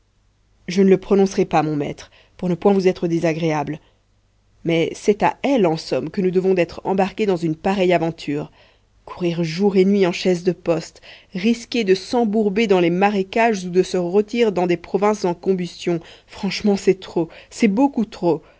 je ne le prononcerai pas mon maître pour ne point vous être désagréable mais c'est à elle en somme que nous devons d'être embarqués dans une pareille aventure courir jour et nuit en chaise de poste risquer de s'embourber dans les marécages ou de se rôtir dans des provinces en combustion franchement c'est trop c'est beaucoup trop